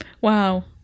wow